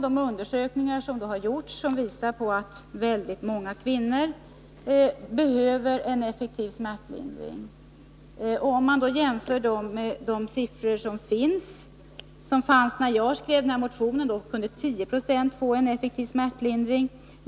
De undersökningar som har gjorts visar att väldigt många kvinnor behöver en effektiv smärtlindring. De siffror som fanns när jag skrev motionen visade att 10 90 kunde få smärtlindring.